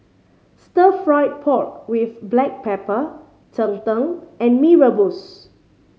Stir Fried Pork With Black Pepper cheng tng and Mee Rebus